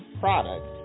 products